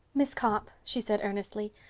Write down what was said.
miss copp, she said earnestly.